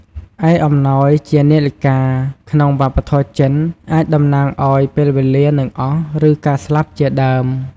ឯអំណោយជា នាឡិកា ក្នុងវប្បធម៌ចិន អាចតំណាងឲ្យ ពេលវេលានឹងអស់ ឬ ការស្លាប់ ជាដើម។